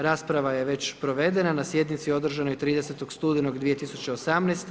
Rasprava je već provedena na sjednici održanoj 30. studenoga 2018.